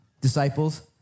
disciples